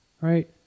Right